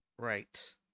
Right